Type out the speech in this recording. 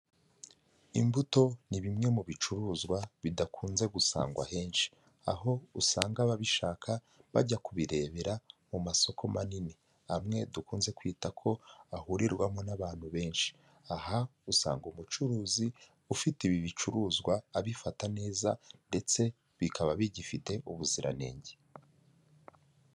Imbuto ni bimwe mu bicuruzwa bidakunze gusangwa henshi, aho usanga ababishaka bajya kubirebera mu masoko manini amwe dukunze kwita ko ahurirwamo n'abantu benshi, aha usanga umucuruzi ufite ibi bicuruzwa abifata neza ndetse bikaba bigifite ubuziranenge.